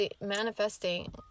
manifesting